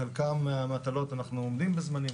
בחלק מהמטלות אנחנו עומדים בזמנים,